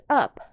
up